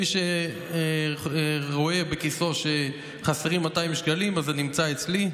מי שרואה בכיסו שחסרים 200 שקלים, זה נמצא אצלי.